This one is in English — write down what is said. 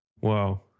Wow